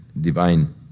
divine